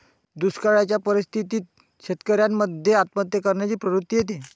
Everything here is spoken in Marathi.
दुष्काळयाच्या परिस्थितीत शेतकऱ्यान मध्ये आत्महत्या करण्याची प्रवृत्ति येते